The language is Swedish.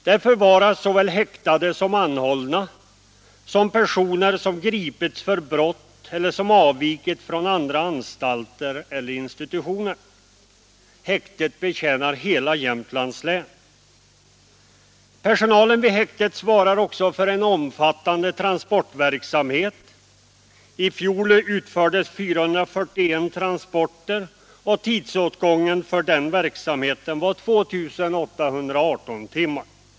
Där förvaras såväl häktade och anhållna som personer som gripits för brott eller avvikit från andra anstalter eller institutioner. Häktet betjänar hela Jämtlands län. Personalen vid häktet svarar också för en omfattande transportverksamhet. I fjol utfördes 441 transporter, och tidsåtgången för den verksamheten var 2 818 timmar.